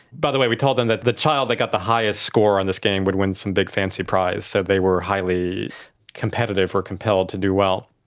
by the way, we told them that the child that got the highest score on this game would win some big fancy prize, so they were highly competitive or compelled to do well.